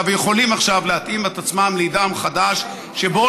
ויכולים עכשיו להתאים את עצמם לעידן חדש שבו,